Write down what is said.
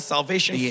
Salvation